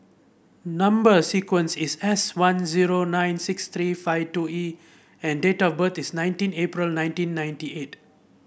number sequence is S one zero nine six three five two E and date of birth is nineteen April nineteen ninety eight